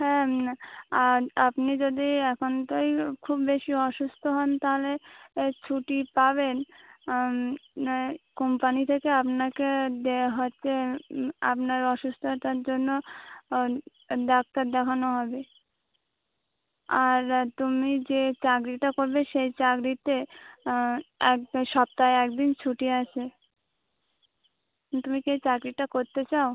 হ্যাঁ আর আপনি যদি একান্তই খুব বেশি অসুস্থ হন তাহলে এর ছুটি পাবেন কোম্পানি থেকে আপনাকে দেওয়া হচ্ছে আপনার অসুস্থতার জন্য ও ডাক্তার দেখানো হবে আর তুমি যে চাকরিটা করবে সেই চাকরিতে একটা সপ্তাহে একদিন ছুটি আছে তুমি কি এই চাকরিটা করতে চাও